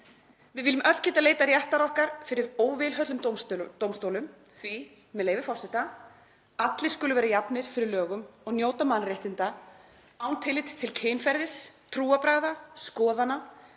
Við viljum öll geta leitað réttar okkar fyrir óvilhöllum dómstólum því, með leyfi forseta: „Allir skulu vera jafnir fyrir lögum og njóta mannréttinda án tillits til kynferðis, trúarbragða, skoðana,